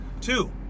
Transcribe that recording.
Two